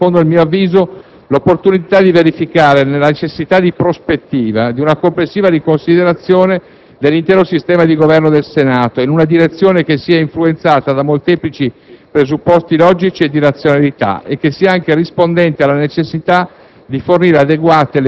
Resta ferma, secondo il mio avviso, l'opportunità di verificare la necessità di prospettiva di una complessiva riconsiderazione dell'intero sistema di governo del Senato, in una direzione che sia influenzata da molteplici presupposti logici e di razionalità e che sia anche rispondente alla necessità